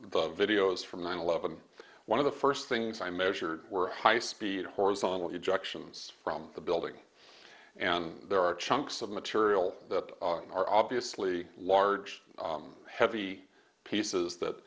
the videos from nine eleven one of the first things i measured were high speed horizontally objections from the building and there are chunks of material that are obviously large heavy pieces that